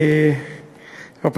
אדוני,